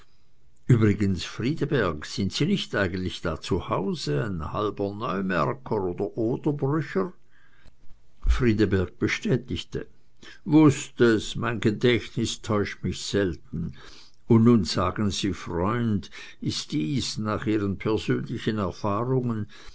übrigens friedeberg sind sie nicht eigentlich da zu haus ein halber neumärker oder oderbrücher friedeberg bestätigte wußt es mein gedächtnis täuscht mich selten und nun sagen sie freund ist dies nach ihren persönlichen erfahrungen